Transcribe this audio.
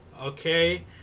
Okay